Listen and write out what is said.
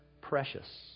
precious